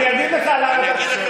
אני אגיד לך למה אתה מתבלבל.